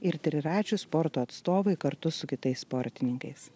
ir triračių sporto atstovai kartu su kitais sportininkais